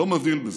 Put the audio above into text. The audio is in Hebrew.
הוא לא מבדיל בזה.